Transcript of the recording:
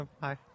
Hi